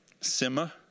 Simma